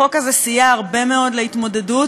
החוק הזה סייע הרבה מאוד בהתמודדות,